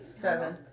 seven